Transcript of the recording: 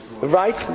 Right